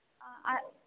ஆ ஆ